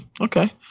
okay